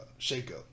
shakeup